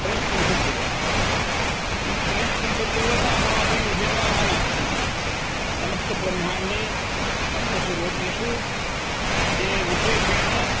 त्रयस्त्रिंशद्देवताः किन्तु त्रयस्त्रिंशद्देवताः अपि विभिन्नाः न समस्तब्रह्माण्डे सप्तसु लोकेषु ते विशेषेण